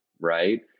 right